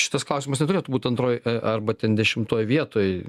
šitas klausimas neturėtų būt antroj arba ten dešimtoj vietoj